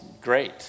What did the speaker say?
great